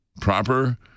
proper